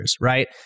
right